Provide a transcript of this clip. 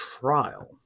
trial